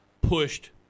pushed